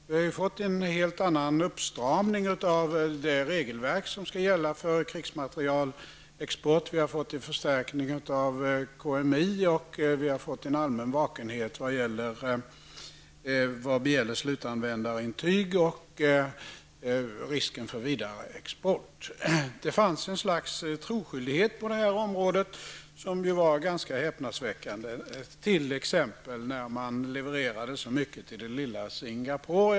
Vi har fått en uppstramning av det regelverk som skall gälla för krigsmaterielexporten, vi har fått en förstärkning av KMI, och vi har fått en allmän vakenhet vad gäller slutanvändarintyg och risken för vidareexport. Det fanns på detta område ett slags troskyldighet som var ganska häpnadsväckande och som bl.a. visade sig i att man levererade så mycket vapen till det lilla Singapore.